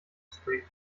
street